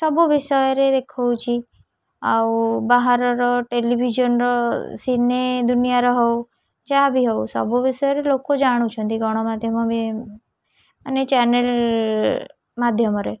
ସବୁ ବିଷୟରେ ଦେଖଉଛି ଆଉ ବାହାରର ଟେଲିଭିଜନର ସିନେ ଦୁନିଆର ହଉ ଯାହା ବି ହଉ ସବୁ ବିଷୟରେ ଲୋକ ଜାଣୁଛନ୍ତି ଗଣମାଧ୍ୟମ ବି ମାନେ ଚ୍ୟାନେଲ୍ ମାଧ୍ୟମରେ